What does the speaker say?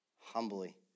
humbly